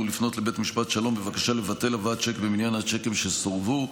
לפנות לבית משפט שלום בבקשה לבטל הבאת צ'ק במניין הצ'קים שסורבו,